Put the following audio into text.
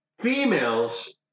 females